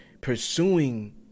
Pursuing